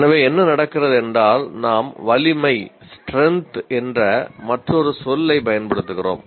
எனவே என்ன நடக்கிறது என்றால் நாம் 'வலிமை' என்ற மற்றொரு சொல்லை பயன்படுத்துகிறோம்